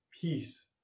Peace